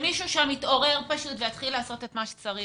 שמישהו שם יתעורר ויעשה את מה שצריך.